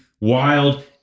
wild